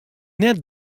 net